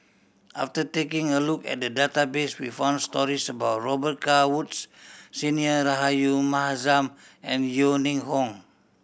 after taking a look at the database we found stories about Robet Carr Woods Senior Rahayu Mahzam and Yeo Ning Hong